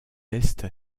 est